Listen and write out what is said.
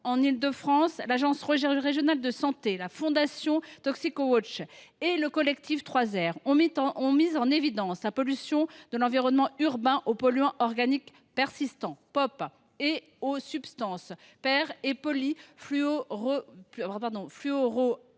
en Île de France, l’agence régionale de santé, la fondation ToxicoWatch et le collectif 3R ont mis en évidence la pollution de l’environnement urbain aux polluants organiques persistants (POP) et aux substances polyfluoroalkylées